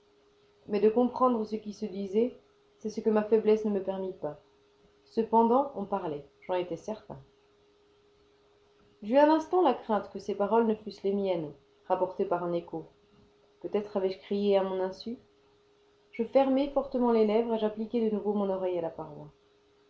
mais de comprendre ce qui se disait c'est ce que ma faiblesse ne me permit pas cependant on parlait j'en étais certain j'eus un instant la crainte que ces paroles ne fussent les miennes rapportées par un écho peut-être avais-je crié à mon insu je fermai fortement les lèvres et j'appliquai de nouveau mon oreille à la paroi